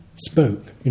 spoke